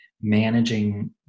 managing